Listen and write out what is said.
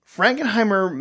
Frankenheimer